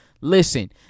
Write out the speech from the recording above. listen